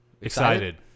Excited